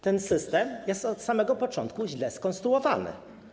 Ten system jest od samego początku źle skonstruowany.